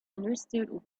understood